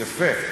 יפה.